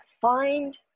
find